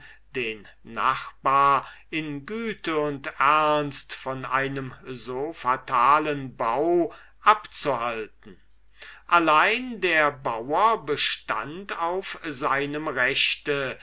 den nachbar in güte und ernst von einem so fatalen bau abzuhalten allein der bauer bestand auf seinem rechte